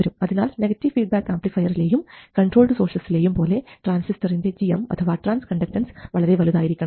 അതിനാൽ negative feedback ആംപ്ലിഫയറിലെയും controlled സോഴ്സസിലെയും പോലെ ട്രാൻസിസ്റ്ററിൻറെ gm അഥവാ ട്രാൻസ് കണ്ടക്ടൻസ് വളരെ വലുതായിരിക്കണം